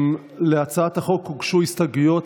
להצעת החוק הוגשו הסתייגויות.